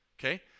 okay